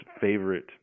favorite